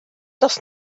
does